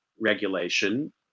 regulation